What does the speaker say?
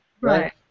right